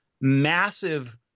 massive